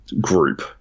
group